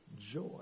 joy